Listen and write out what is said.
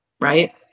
right